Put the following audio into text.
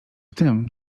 tym